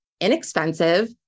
inexpensive